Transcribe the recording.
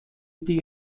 die